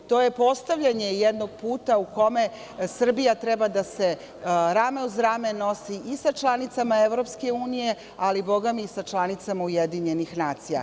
To je postavljenje jednog puta u kome Srbija treba da se rame uz rame nosi i sa članicama EU, ali Boga mi i sa članicama UN.